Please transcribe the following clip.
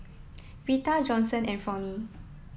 Rita Johnson and Fronie